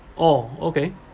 oh okay